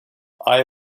eye